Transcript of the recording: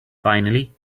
finally